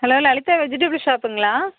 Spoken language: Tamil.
ஹலோ லலிதா வெஜிடபிள் ஷாப்புங்களா